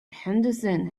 henderson